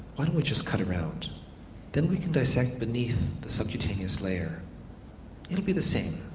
why don't we just cut around then we can dissect beneath the subcutaneous layer, it will be the same.